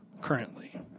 Currently